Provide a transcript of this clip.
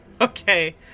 okay